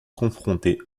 confronté